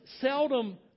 seldom